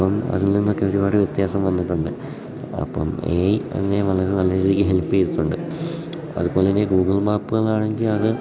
ഇപ്പം അതിൽ നിന്നൊക്കെ ഒരുപാട് വ്യത്യാസം വന്നിട്ടുണ്ട് അപ്പം എ ഐ അങ്ങനെ വളരെ നല്ല രീതിക്ക് ഹെല്പ്പ് ചെയ്തിട്ടുണ്ട് അതുപോലെത്തന്നെ ഗൂഗിൾ മാപ്പുകളാണെങ്കിൽ അത്